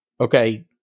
okay